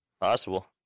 Possible